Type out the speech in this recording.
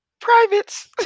privates